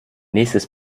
nächstes